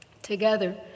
Together